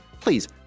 please